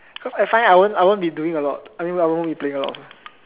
cause I find out I won't I won't be doing a lot I mean I won't be playing a lot